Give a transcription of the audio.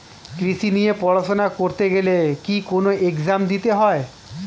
কৃষি নিয়ে পড়াশোনা করতে গেলে কি কোন এগজাম দিতে হয়?